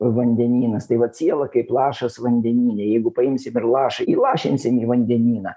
vandenynas tai vat siela kaip lašas vandenyne jeigu paimsim ir lašą įlašinsim į vandenyną